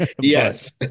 Yes